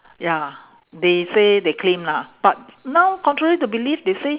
ya they say they claim lah but now contrary to belief they say